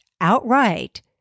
outright